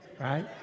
right